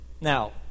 Now